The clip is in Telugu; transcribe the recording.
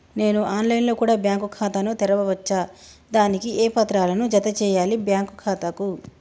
నేను ఆన్ లైన్ లో కూడా బ్యాంకు ఖాతా ను తెరవ వచ్చా? దానికి ఏ పత్రాలను జత చేయాలి బ్యాంకు ఖాతాకు?